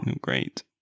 Great